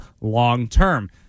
long-term